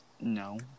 No